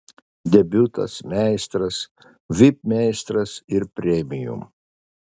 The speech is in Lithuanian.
debiutas meistras vip meistras ir premium